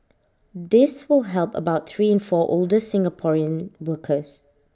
this will help about three in four older Singaporean workers